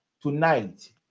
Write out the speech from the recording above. tonight